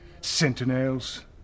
Sentinels